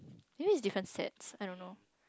you mean it's different sets I don't know